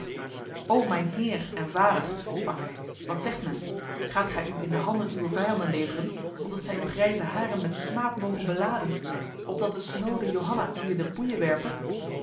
o mijn heer en vader sprak hij wat zegt men gaat gij u in de handen uwer vijanden leveren opdat zij uw grijze haren met smaad mogen beladen opdat de snode johanna u in de boeien werpe